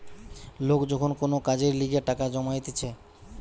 লোক যখন কোন কাজের লিগে টাকা জমাইতিছে